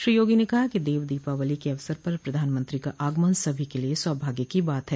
श्री योगी ने कहा कि देव दीपावली के अवसर पर प्रधानमंत्री का आगमन सभी के लिये सौभाग्य की बात है